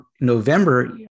November